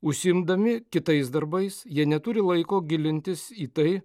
užsiimdami kitais darbais jie neturi laiko gilintis į tai